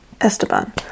Esteban